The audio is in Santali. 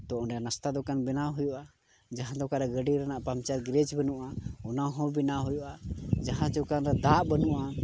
ᱛᱳ ᱚᱸᱰᱮ ᱱᱟᱥᱛᱟ ᱫᱳᱠᱟᱱ ᱵᱮᱱᱟᱣ ᱦᱩᱭᱩᱜᱼᱟ ᱡᱟᱦᱟᱸ ᱫᱳᱠᱟᱱ ᱨᱮ ᱜᱟᱹᱰᱤ ᱨᱮᱱᱟᱜ ᱯᱟᱢᱪᱟᱨ ᱜᱮᱨᱮᱡᱽ ᱵᱟᱹᱱᱩᱜᱼᱟ ᱚᱱᱟ ᱦᱚᱸ ᱵᱮᱱᱟᱣ ᱦᱩᱭᱩᱜᱼᱟ ᱡᱟᱦᱟᱸ ᱡᱟᱭᱜᱟ ᱨᱮ ᱫᱟᱜ ᱵᱟᱹᱱᱩᱜᱼᱟ